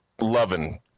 loving